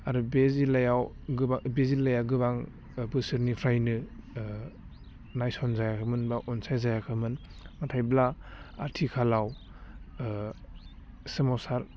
आरो बे जिल्लायाव गोबा बे जिल्लाया गोबां बोसोरनिफ्रायनो नायसनजायाखैमोन बा अनसायजायाखैमोन नाथायब्ला आथिखालाव सोमावसार